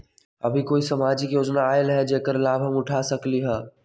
अभी कोई सामाजिक योजना आयल है जेकर लाभ हम उठा सकली ह?